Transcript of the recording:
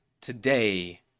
today